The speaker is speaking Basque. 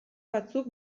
batzuk